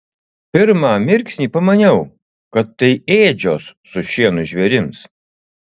pirmą mirksnį pamaniau kad tai ėdžios su šienu žvėrims